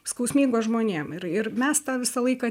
skausmingos žmonėm ir ir mes tą visą laiką